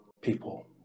people